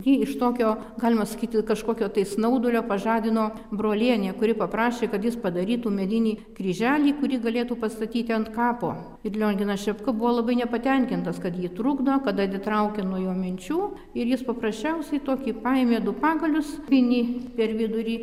jį iš tokio galima sakyti kažkokio tai snaudulio pažadino brolienė kuri paprašė kad jis padarytų medinį kryželį kurį galėtų pastatyti ant kapo ir lionginas šepka buvo labai nepatenkintas kad jį trukdo kad atitraukia nuo jo minčių ir jis paprasčiausiai tokį paėmė du pagalius vinį per vidurį